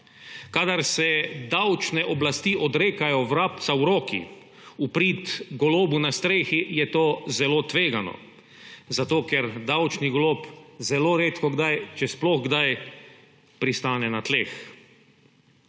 Kadar se davčne oblasti odrekajo vrabcu v roki v prid golobu na strehi, je to zelo tvegano, zato ker davčni golob zelo redkokdaj, če sploh kdaj, pristane na tleh.